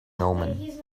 omen